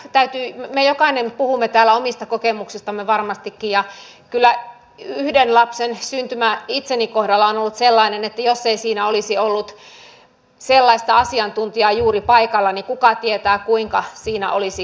me jokainen puhumme täällä omista kokemuksistamme varmastikin ja kyllä yhden lapsen syntymä itseni kohdalla on ollut sellainen että jos ei siinä olisi ollut sellaista asiantuntijaa juuri paikalla niin kuka tietää kuinka siinä olisi käynyt